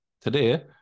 today